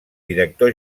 director